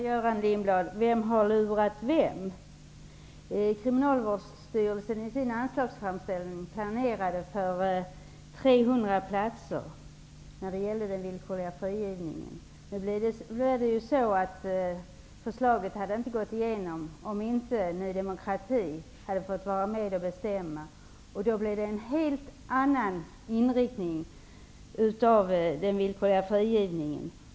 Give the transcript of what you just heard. Herr talman! Vem har lurat vem, Göran Lindblad? 300 platser. Förslaget hade inte gått igenom om inte Ny demokrati hade fått vara med och bestämma. Då blev det en helt annan inriktning av den villkorliga frigivningen.